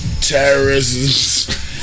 terrorists